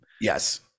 Yes